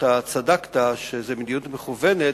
אתה צדקת שזו מדיניות מכוונת,